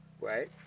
Right